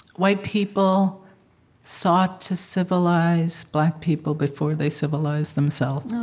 white people sought to civilize black people before they civilized themselves.